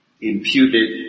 imputed